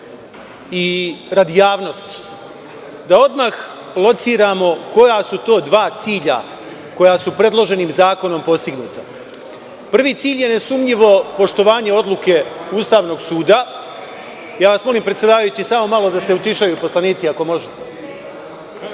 Radi javnosti, da odmah lociramo koja su to dva cilja koja su predloženim zakonom postignuta. Prvi cilj je ne sumnjivo poštovanje odluke Ustavnog suda. Molim vas predsedavajući da se malo utišaju poslanici, ako može.